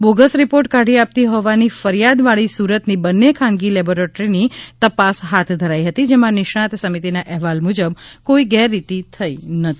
bogus report કાઢી આપતી હોવાની ફરિયાદવાળી સુરતની બંને ખાનગી લેબોરેટરીની તપાસ હાથ ધરાઈ હતી જેમાં નિષ્ણાત સમિતિના અહેવાલ મુજબ કોઇ ગેરરીતિ થઈ નથી